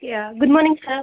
yeah good morning sir